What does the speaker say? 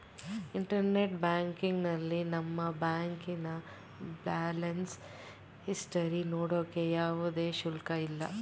internet ಬ್ಯಾಂಕಿಂಗ್ನಲ್ಲಿ ನಮ್ಮ ಬ್ಯಾಂಕಿನ ಬ್ಯಾಲೆನ್ಸ್ ಇಸ್ಟರಿ ನೋಡೋಕೆ ಯಾವುದೇ ಶುಲ್ಕ ಇಲ್ಲ